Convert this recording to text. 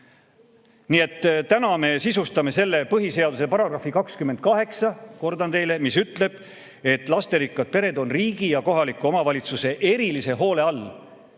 Nii et täna me sisustame selle põhiseaduse § 28, kordan teile, mis ütleb, et lasterikkad pered on riigi ja kohaliku omavalitsuse erilise hoole all.